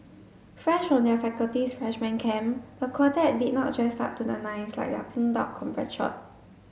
fresh from their faculty's freshman camp the quartet did not dress up to the nines like their Pink Dot compatriot